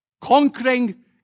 conquering